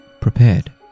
prepared